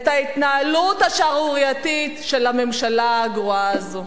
את ההתנהלות השערורייתית של הממשלה הגרועה הזאת.